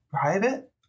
private